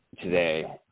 today